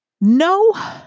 No